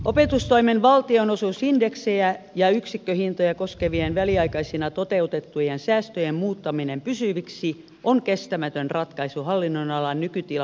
opetustoimen valtionosuusindeksejä ja yksikköhintoja koskevien väliaikaisina toteutettujen säästöjen muuttaminen pysyviksi on kestämätön ratkaisu hallinnonalan nykytila huomioon ottaen